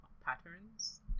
patterns